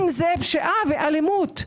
אם זה פשיעה ואלימות,